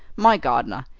my gardener.